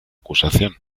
acusación